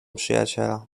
przyjaciela